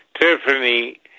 Tiffany